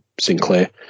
Sinclair